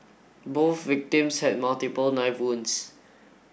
both victims had multiple knife wounds